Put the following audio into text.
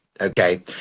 Okay